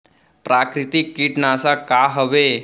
प्राकृतिक कीटनाशक का हवे?